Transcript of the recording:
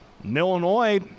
Illinois